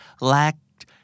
lacked